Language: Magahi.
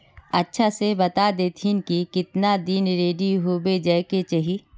अच्छा से बता देतहिन की कीतना दिन रेडी होबे जाय के चही?